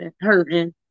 hurting